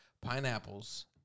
pineapples